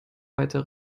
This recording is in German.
weiter